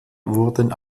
wurden